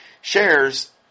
shares